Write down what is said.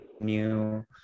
new